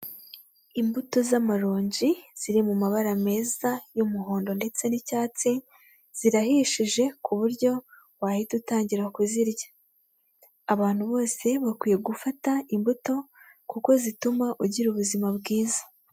Imbuto z'amaronji ziri mu mabara meza y'umuhondo ndetse n'icyatsi, zirahishije ku buryo wahita utangira kuzirya. Abantu bose bakwiye gufata imbuto kuko zituma ugira ubuzima bwiza.